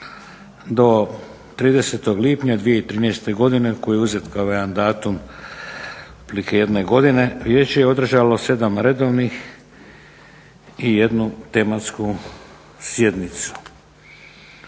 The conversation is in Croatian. do 30. lipnja 2013. godine koji je uzet kao jedan datum, otprilike jedne godine Vijeće je održalo 7 redovnih i jednu tematsku sjednicu.